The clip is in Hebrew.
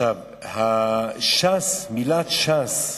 ש"ס המלה ש"ס,